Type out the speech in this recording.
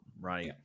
right